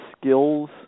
skills